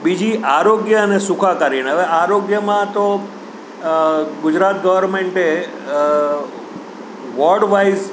બીજી આરોગ્ય અને સુખાકારીને હવે આરોગ્યમાં તો ગુજરાત ગવર્મેન્ટે વોર્ડ વાઇઝ